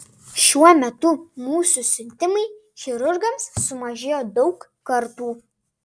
šiuo metu mūsų siuntimai chirurgams sumažėjo daug kartų